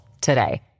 today